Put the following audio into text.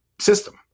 system